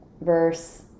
verse